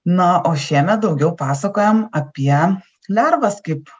na o šiemet daugiau pasakojam apie lervas kaip